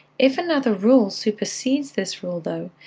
if another rule supersedes this rule though,